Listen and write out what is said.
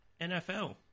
NFL